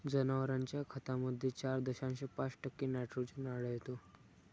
जनावरांच्या खतामध्ये चार दशांश पाच टक्के नायट्रोजन आढळतो